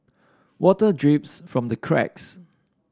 water drips from the cracks